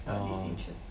orh